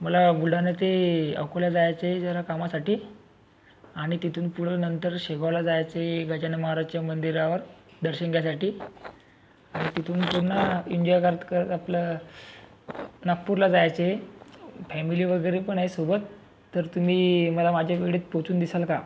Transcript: मला बुलढाणा ते अकोला जायचं आहे जरा कामासाठी आणि तिथून पुढं नंतर शेगावला जायचं आहे गजानन महाराजच्या मंदिरावर दर्शन घ्यायसाठी आणि तिथून पुन्हा करत आपलं नागपूरला जायचे आहे फॅमिली वगैरे पण आहे सोबत तर तुम्ही मला माझ्या वेळेत पोचवून देसाल का